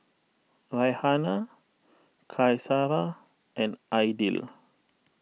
Raihana Qaisara and Aidil